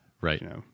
right